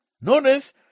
notice